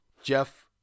Jeff